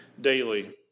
daily